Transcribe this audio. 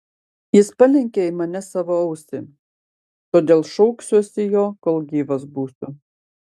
jis palenkė į mane savo ausį todėl šauksiuosi jo kol gyvas būsiu